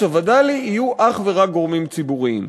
הווד"לי יהיו אך ורק גורמים ציבוריים.